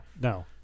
no